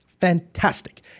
Fantastic